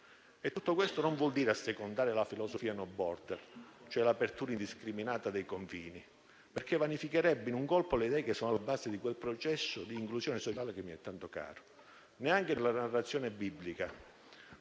Tutto questo non vuol dire assecondare la filosofia *no border*, cioè l'apertura indiscriminata dei confini, perché vanificherebbe in un colpo le idee che sono alla base di quel processo di inclusione sociale che mi è tanto caro. Neanche nella narrazione biblica